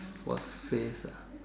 what phrase ah